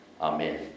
Amen